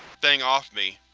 thing off me,